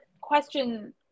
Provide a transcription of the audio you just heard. question